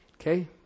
Okay